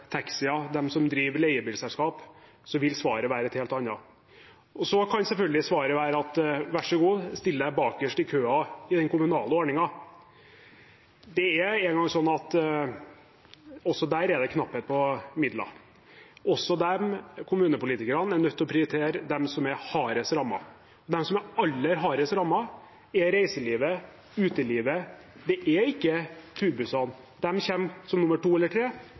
som driver leiebilselskaper, da vil svaret være et helt annet. Så kan selvfølgelig svaret være at vær så god, still deg bakerst i køen i den kommunale ordningen. Det er engang sånn at også der er det knapphet på midler, også kommunepolitikerne er nødt til å prioritere dem som er hardest rammet. De som er aller hardest rammet, er reiselivet og utelivet, det er ikke turbussene. De kommer som nummer to eller tre,